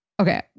Okay